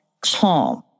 calm